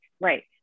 right